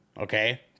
Okay